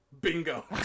Bingo